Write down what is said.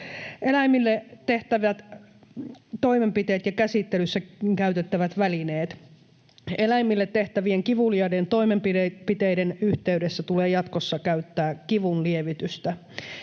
Eläimille tehtävät toimenpiteet ja käsittelyssä käytettävät välineet: Eläimille tehtävien kivuliaiden toimenpiteiden yhteydessä tulee jatkossa käyttää kivunlievitystä.